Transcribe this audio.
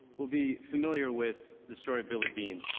will be familiar with the story of billy beane.